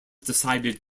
decided